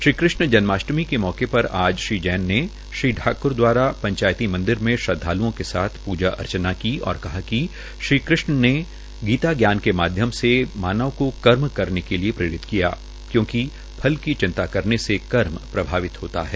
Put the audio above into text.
श्री कृष्ण जन्माष्टमी के मौके पर आज श्री जैन ने श्रीठाक्र दवारा पंचायती मंदिर में श्रद्वाल्ओं के साथ पूजा अर्चना की और कहा कि श्री कृष्ण ने गीता जान के माध्यम से मानव को कर्म के लिए प्रेरित किया है क्योंकि फल की चिंता करने से कर्म प्रभावित होता है